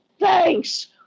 thanks